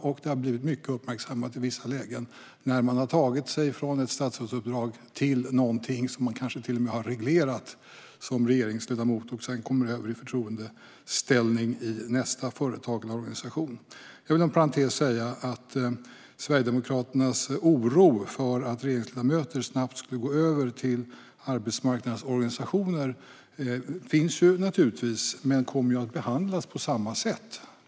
Men det har blivit mycket uppmärksammat i vissa lägen, när man har tagit sig från ett statsrådsuppdrag till något som man kanske till och med har reglerat som regeringsledamot, nämligen att gå över i förtroendeställning i ett företag eller en organisation. Jag vill inom parentes säga att Sverigedemokraterna känner en oro för risken att regeringsledamöter snabbt går över till arbetsmarknadens organisationer, men de kommer att behandlas på samma sätt.